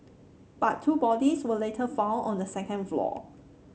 but two bodies were later found on the second floor